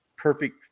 perfect